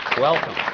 welcome!